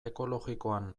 ekologikoan